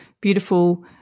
beautiful